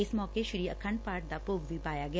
ਇਸ ਮੌਕੇ ਸ੍ਰੀ ਆਖੰਡ ਪਾਠ ਦਾ ਭੋਗ ਵੀ ਪਾਇਆ ਗਿਆ